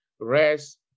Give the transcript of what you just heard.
rest